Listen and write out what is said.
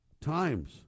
Times